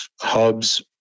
hubs